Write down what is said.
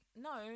no